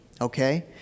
okay